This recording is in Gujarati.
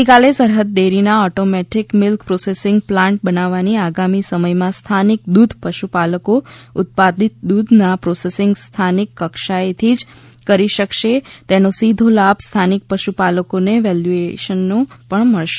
ગઇકાલે સરહદ ડેરીના ઓટોમેટીક મીલ્ક પ્રોસેસીંગ પ્લાન્ટ બનવાથી આગામી સમયમાં સ્થાનિક દુધ પશુપાલકો ઉત્પાદિત દુધના પ્રોસેસીંગ સ્થાનિક કક્ષાએથી જ કરી શકશે તેનો સીધો લાભ સ્થાનિક પશુપાલકોને વેલ્યુએશનનો પણ મળશે